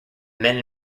men